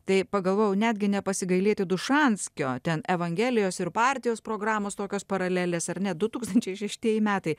tai pagalvojau netgi nepasigailėti dušanskio ten evangelijos ir partijos programos tokios paralelės ar ne du tūkstančiai šeštieji metai